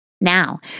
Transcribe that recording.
Now